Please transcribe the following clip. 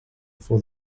for